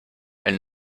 elle